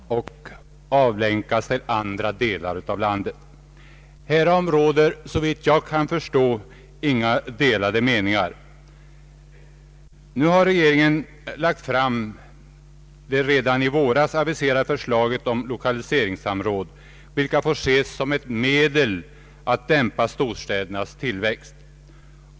Herr talman! I det beslut om riktlinjerna för regionalpolitiken som statsmakterna har fattat ingår som ett led att den starka tillväxten i storstadsregionerna bör dämpas och avlänkas till andra delar av landet. Härom råder såvitt jag kan förstå inga delade meningar. Nu har regeringen lagt fram det redan i våras aviserade förslaget om lokaliseringssamråd vilket får ses som ett medel att dämpa storstädernas tillväxt.